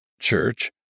church